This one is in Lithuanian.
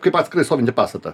kaip atskirai stovintį pastatą